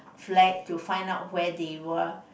flat to find out where they were